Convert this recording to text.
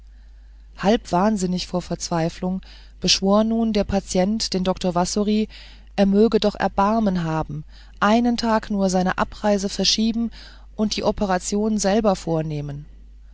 halb wahnsinnig vor verzweiflung beschwor nun der patient den dr wassory er möge doch erbarmen haben einen tag nur seine abreise verschieben und die operation selber vornehmen